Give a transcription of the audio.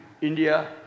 India